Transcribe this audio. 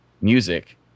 music